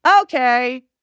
Okay